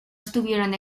estuvieron